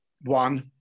One